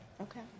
Okay